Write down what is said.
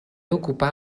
ocupà